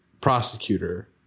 prosecutor